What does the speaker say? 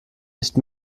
nicht